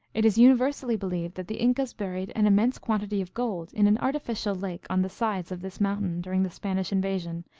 it is universally believed that the incas buried an immense quantity of gold in an artificial lake on the sides of this mountain during the spanish invasion,